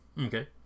Okay